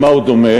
למה הוא דומה?